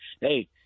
Hey